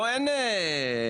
פה אין את הדבר הזה.